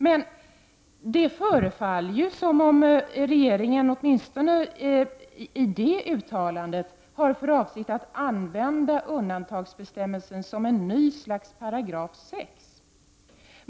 Men det förefaller, åtminstone i det uttalandet, som om regeringen har för avsikt att använda undantagsbestämmelsen som en ny slags § 6.